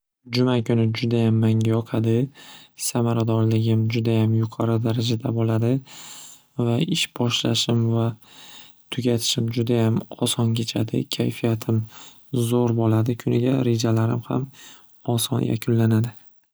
Juma kuni judayam manga yoqadi samaradorligim judayam yuqori darajada bo'ladi va ish boshlashim va tugatishim judayam oson kechadi kayfiyatim zo'r bo'ladi kuniga rejalarim ham oson yakunlanadi.